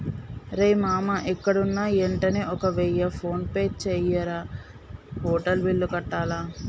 రేయ్ మామా ఎక్కడున్నా యెంటనే ఒక వెయ్య ఫోన్పే జెయ్యిరా, హోటల్ బిల్లు కట్టాల